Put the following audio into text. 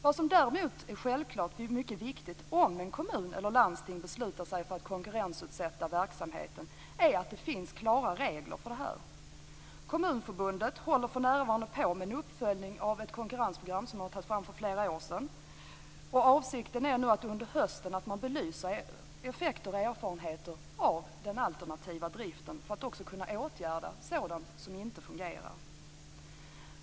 Vad som däremot är självklart är mycket viktigt om en kommun eller landsting beslutar sig för att konkurrensutsätta verksamheten är att det finns klara regler för detta. Kommunförbundet håller för närvarande på med en uppföljning av det konkurrensprogram som togs fram för flera år sedan. Avsikten är att under hösten belysa effekter och erfarenheter av den alternativa driften för att också kunna åtgärda sådant som inte fungerar.